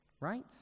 right